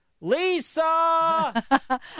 Lisa